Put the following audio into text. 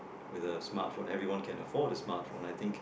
with a smartphone everyone can afford a smartphone I think